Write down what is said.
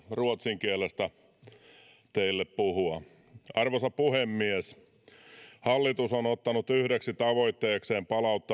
ruotsin kielestä teille puhua arvoisa puhemies hallitus on ottanut yhdeksi tavoitteekseen